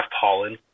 pollen